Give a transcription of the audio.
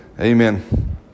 Amen